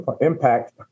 impact